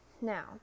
now